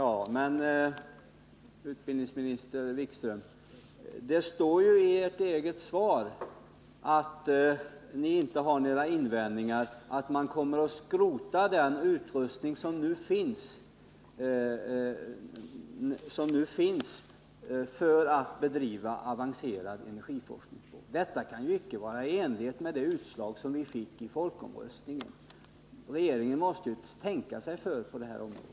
Fru talman! Men det står ju, utbildningsminister Wikström, i ert eget svar att ni inte har några invändningar och att man kommer att skrota den utrustning som nu finns för att bedriva avancerad energiforskning. Detta kan ju icke vara i överensstämmelse med utslaget vid folkomröstningen. Regeringen måste tänka sig för på det här området.